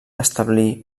establir